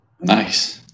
Nice